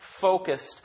focused